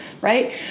right